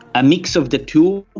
a mix of the two,